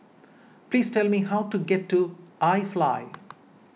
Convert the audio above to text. please tell me how to get to iFly